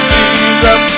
Jesus